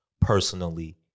personally